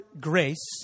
grace